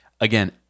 again